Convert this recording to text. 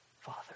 Father